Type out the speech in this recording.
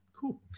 Cool